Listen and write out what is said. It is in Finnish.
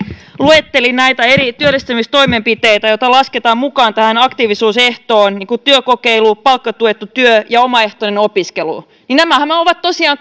luetteli näitä eri työllistämistoimenpiteitä joita lasketaan mukaan tähän aktiivisuusehtoon kuten työkokeilu palkkatuettu työ ja omaehtoinen opiskelu niin nämähän ovat ovat tosiaan